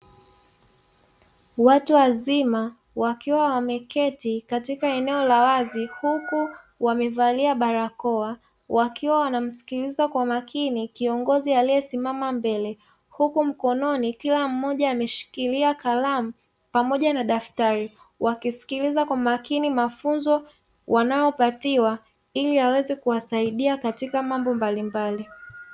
Watu wazima wakiwa wameketi katika eneo la wazi huku wamevalia barakoa, wakiwa wanamsikiliza kwa makini kiongozi aliyesimama mbele, huku mkononi kila mmoja ameshikilia kalamu pamoja na daftari wakisikiliza kwa makini mafunzo wanayopatiwa ili yaweze kuwasaidia katika mambo mbalimbali.